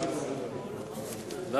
אני לא יכול לראות עבירה על עשרת הדיברות.